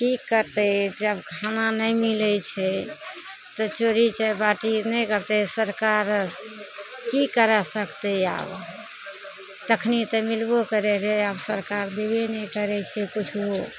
की करतै जब खाना नहि मिलै छै तऽ चोरी चपाटी नहि करतै सरकार की करऽ सकतै आब तखनी तऽ मिलबो करै रहै आब सरकार देबे नहि करै छै किछो